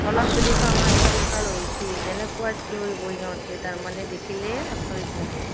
অলপ যদি শৰ্মা ইফাল সিফাল হৈছেই যেনেকুৱা চিঞৰিব সিহঁতে তাৰমানে দেখিলেই আচৰিত লাগে